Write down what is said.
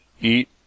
eat